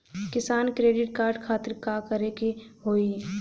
किसान credit card खातिर का करे के होई?